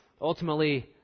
ultimately